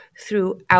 throughout